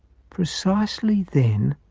precisely then,